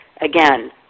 Again